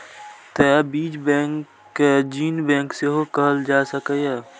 तें बीज बैंक कें जीन बैंक सेहो कहल जा सकैए